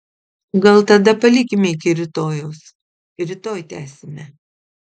gal tada palikime iki rytojaus rytoj tęsime